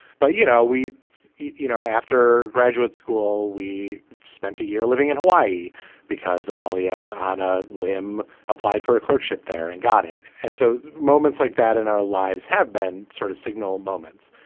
but you know we you know after graduate school we spent a year living in hawaii because ah aliya on a whim applied for a clerkship there and got it. and so moments like that in our lives have been sort of signal moments